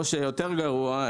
או יותר גרוע,